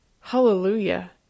Hallelujah